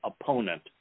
opponent